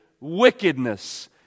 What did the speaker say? wickedness